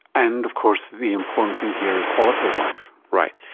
and of course the important thing here is quality of life. right,